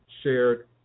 shared